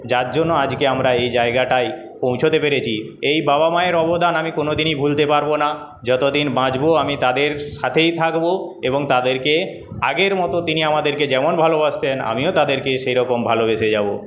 যার জন্য আজকে আমরা এই জায়গাটায় পৌঁছোতে পেরেছি এই বাবা মায়ের অবদান আমি কোন দিনই ভুলতে পারবো না যতদিন বাঁচবো আমি তাদের সাথেই থাকবো এবং তাদেরকে আগের মতো তিনি আমাদেরকে যেমন ভালোবাসতেন আমিও তাদেরকে সেরকম ভালোবেসে যাবো